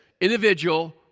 individual